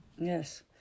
Yes